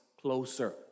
closer